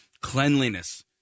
cleanliness